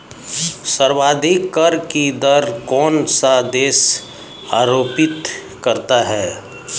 सर्वाधिक कर की दर कौन सा देश आरोपित करता है?